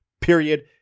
Period